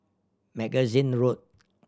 Magazine Road